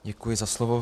Děkuji za slovo.